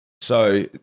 So-